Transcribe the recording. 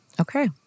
okay